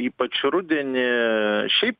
ypač rudenį šiaip